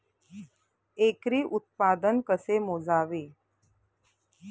एकरी उत्पादन कसे मोजावे?